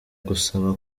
gusaba